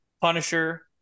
punisher